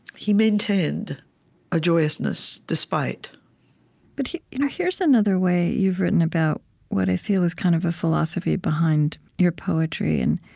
he maintained a joyousness, despite but you know here's another way you've written about what i feel is kind of a philosophy behind your poetry. and